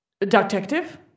Detective